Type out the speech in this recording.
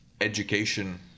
education